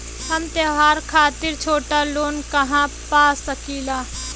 हम त्योहार खातिर छोटा लोन कहा पा सकिला?